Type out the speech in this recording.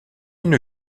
une